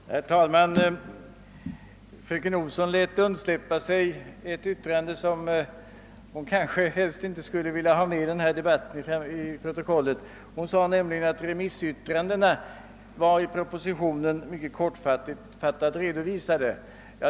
Herr talman! Fröken Olsson lät undslippa sig ett yttrande som hon kanske helst inte skulle vilja ha med i protokollet. Hon sade nämligen att remissyttrandena var mycket kortfattat redovisade i propositionen.